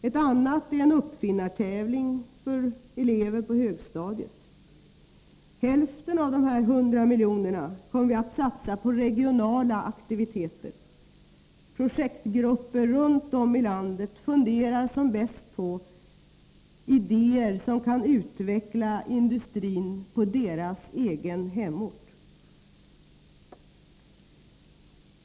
Ett annat är en uppfinnartävling för elever på högstadiet. Hälften av dessa 100 miljoner kommer vi att satsa på regionala aktiviteter. Projektgrupper runt om i landet funderar som bäst på idéer som kan utveckla industrin på deras egen hemort.